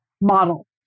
model